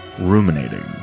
ruminating